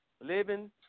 living